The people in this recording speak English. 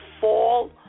fall